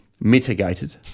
mitigated